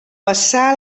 passà